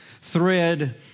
thread